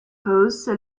pose